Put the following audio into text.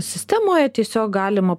sistemoj tiesiog galima